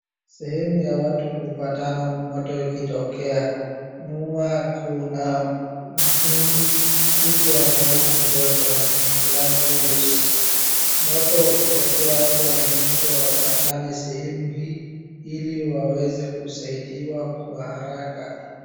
Sehemu ya watu hupatana moto ikitokea. Nyuma kuna mtungi kubwa ya maji kuwekwa, ni rangi nyeusi. Moto ukitokea watu wanahimizwa wapatane sehemu hii, ili waweze kusaidiwa kwa haraka.